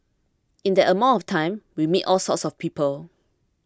in that amount of time we meet all sorts of people